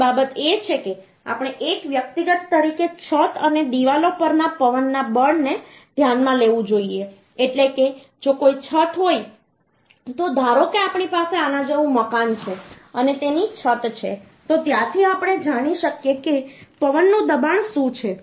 બીજી બાબત એ છે કે આપણે એક વ્યક્તિગત તરીકે છત અને દિવાલો પરના પવનના બળને ધ્યાનમાં લેવું જોઈએ એટલે કે જો કોઈ છત હોય તો ધારો કે આપણી પાસે આના જેવું મકાન છે અને તેની છત છે તો ત્યાંથી આપણે જાણી શકીએ કે પવનનું દબાણ શું છે